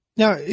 Now